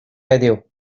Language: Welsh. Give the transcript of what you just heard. heddiw